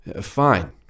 Fine